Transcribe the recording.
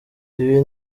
ibi